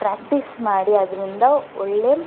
practice ಮಾಡಿ ಅದರಿಂದ ಒಳ್ಳೆಯ